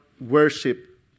worship